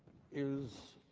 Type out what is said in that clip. is